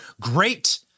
great